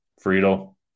Friedel